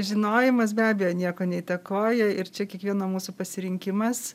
žinojimas be abejo nieko neįtakoja ir čia kiekvieno mūsų pasirinkimas